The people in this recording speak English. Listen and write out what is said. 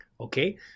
Okay